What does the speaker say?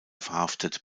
verhaftet